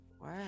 Wow